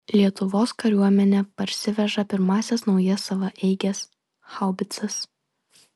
lietuvos kariuomenė parsiveža pirmąsias naujas savaeiges haubicas